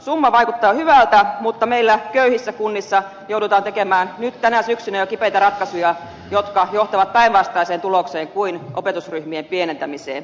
summa vaikuttaa hyvältä mutta meillä köyhissä kunnissa joudutaan tekemään nyt tänä syksynä jo kipeitä ratkaisuja jotka johtavat päinvastaiseen tulokseen kuin opetusryhmien pienentämiseen